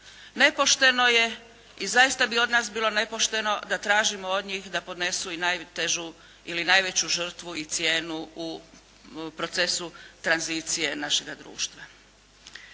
Nepošteno je i zaista bi od nas bilo nepošteno da tražimo od njih da podnesu i najtežu ili najveću žrtvu ili cijenu u procesu tranzicije našega društva.